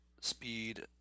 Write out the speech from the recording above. speed